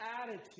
attitude